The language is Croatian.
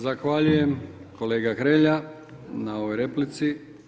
Zahvaljujem kolega Hrelja na ovoj replici.